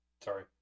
Sorry